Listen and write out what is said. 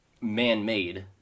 man-made